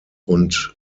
und